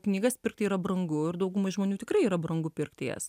knygas pirkti yra brangu ir daugumai žmonių tikrai yra brangu pirkti jas